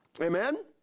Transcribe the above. amen